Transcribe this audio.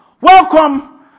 Welcome